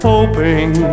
Hoping